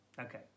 Okay